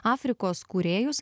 afrikos kūrėjus